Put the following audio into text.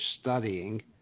studying